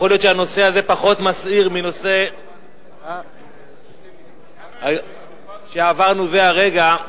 יכול להיות שהנושא הזה פחות מסעיר מהנושא שעברנו זה הרגע,